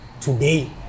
today